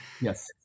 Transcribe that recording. yes